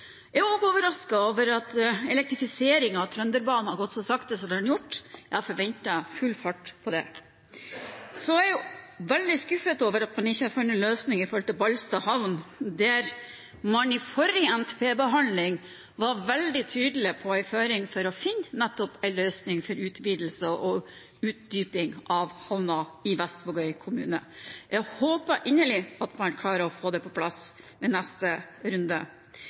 Jeg er også overrasket over at elektrifiseringen av Trønderbanen har gått så sakte som den har gjort. Jeg hadde forventet full fart på det. Jeg er veldig skuffet over at man ikke har funnet løsninger for Ballstad havn, der man i forrige NTP-behandling var veldig tydelig på en føring for å finne en løsning for utvidelse og utdyping av havna i Vestvågøy kommune. Jeg håper inderlig at man klarer å få det på plass i neste runde.